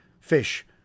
fish